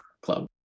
club